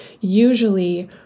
usually